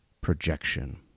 projection